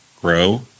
grow